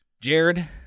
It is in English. Jared